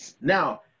Now